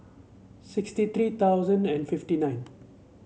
sixty three thousand and fifty nine